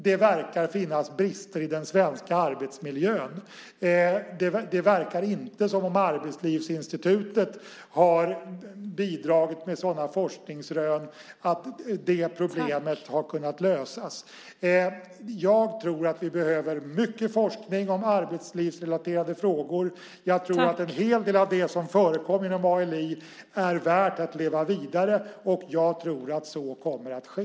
Det verkar finnas brister i den svenska arbetsmiljön, och det verkar inte som att Arbetslivsinstitutet har bidragit med sådana forskningsrön att de problemen har kunnat lösas. Jag tror att vi behöver mycket forskning om arbetslivsrelaterade frågor. Jag tror att en hel del av det som förekom i ALI är värt att leva vidare, och jag tror att så kommer att ske.